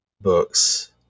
books